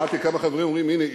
שמעתי כמה חברים אומרים: הנה,